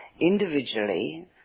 individually